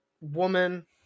woman